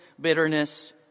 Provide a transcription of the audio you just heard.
bitterness